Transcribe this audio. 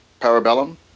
Parabellum